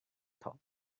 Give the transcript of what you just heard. thought